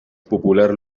popular